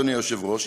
אדוני היושב-ראש,